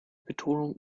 betonung